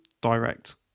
direct